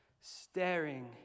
staring